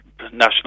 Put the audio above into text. national